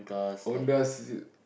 Honda-Civic